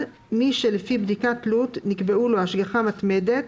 (1) מי שלפי בדיקת תלות נקבעו לו השגחה מתמדת,